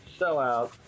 sellout